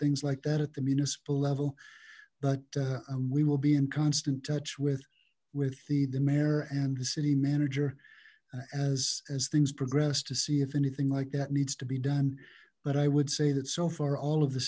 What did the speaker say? things like that at the municipal level but we will be in constant touch with with the the mayor and the city manager as as things progressed to see if anything like that needs to be done but i would say that so far all of the